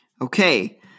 Okay